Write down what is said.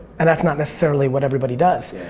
and that's not necessarily what everybody does.